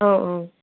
অঁ অঁ